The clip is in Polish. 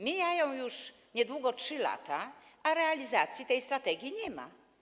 Mijają już niedługo 3 lata, a realizacji tej strategii nie ma.